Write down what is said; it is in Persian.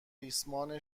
ریسمان